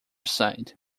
side